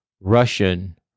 Russian